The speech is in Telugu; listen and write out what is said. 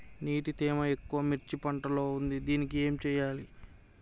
నీటి తేమ ఎక్కువ మిర్చి పంట లో ఉంది దీనికి ఏం చేయాలి?